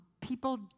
People